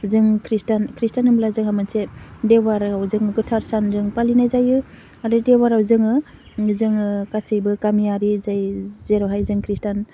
जों खृष्टान खृष्टान होमब्ला जोंहा मोनसे देवबाराव जोङो गोथार सानजों फालिनाय जायो आरो देवबाराव जोङो जोङो गासैबो गामियारि जाय जेरावहाय जों खृष्टान